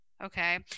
Okay